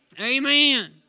Amen